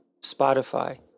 Spotify